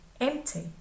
empty